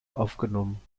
aufgenommen